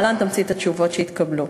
להלן תמצית התשובות שהתקבלו: